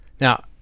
now